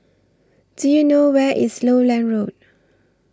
Do YOU know Where IS Lowland Road